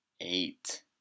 Eight